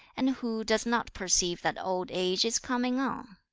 and who does not perceive that old age is coming on